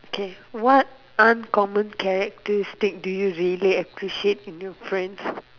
okay what uncommon characteristics do you really appreciate in your friends